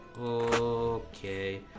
Okay